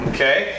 Okay